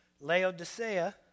Laodicea